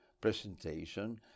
presentation